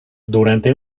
durante